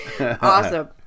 Awesome